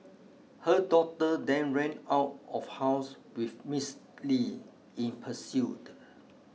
her daughter then ran out of house with Miss Li in pursuit